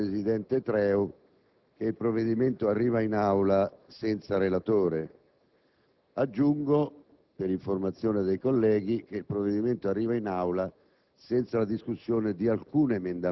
il metodo, ha già detto il presidente Treu che il provvedimento arriva in Aula senza relatore. Aggiungo, per informazione dei colleghi, che giunge in Aula senza l'esame